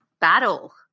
battle